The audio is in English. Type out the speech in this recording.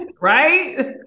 Right